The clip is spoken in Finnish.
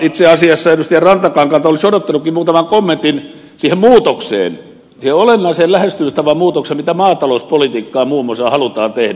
itse asiassa edustaja rantakankaalta olisin odottanutkin muutaman kommentin siihen muutokseen siihen olennaiseen lähestymistavan muutokseen mitä maatalouspolitiikkaan muun muassa halutaan tehdä